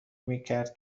میکرد